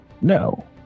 No